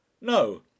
No